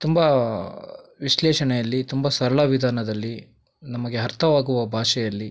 ತುಂಬ ವಿಶ್ಲೇಷಣೆಯಲ್ಲಿ ತುಂಬ ಸರಳ ವಿಧಾನದಲ್ಲಿ ನಮಗೆ ಅರ್ಥವಾಗುವ ಭಾಷೆಯಲ್ಲಿ